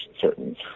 certain